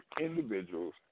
individuals